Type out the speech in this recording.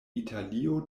italio